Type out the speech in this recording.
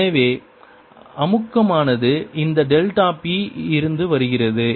எனவே அமுக்கமானது இந்த டெல்டா p இருந்து வருகிறது